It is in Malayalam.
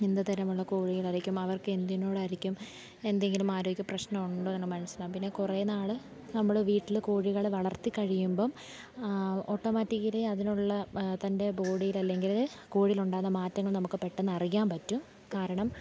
എന്തു തരമുള്ള കോഴികളായിരിക്കും അവർക്ക് എന്തിനോടായിരിക്കും എന്തെങ്കിലും ആരോഗ്യ പ്രശ്നമുണ്ടോ എന്നു മനസ്സിലാകും പിന്നെ കുറേ നാൾ നമ്മൾ വീട്ടിൽ കോഴികളെ വളർത്തി കഴിയുമ്പം ഓട്ടോമാറ്റിക്കലി അതിനോടുള്ള തൻ്റെ ബോഡിയിലല്ലെങ്കിൽ കോഴിയിലുണ്ടാകുന്ന മാറ്റങ്ങൾ നമുക്കു പെട്ടെന്നറിയാൻ പറ്റും കാരണം